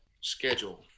schedule